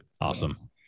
awesome